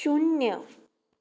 शुन्य